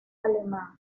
alemán